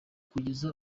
kugeza